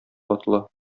ватыла